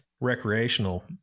recreational